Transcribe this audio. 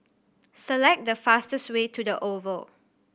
select the fastest way to The Oval